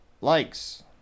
likes